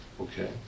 Okay